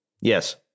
Yes